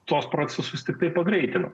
tuos procesus tiktai pagreitino